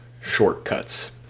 shortcuts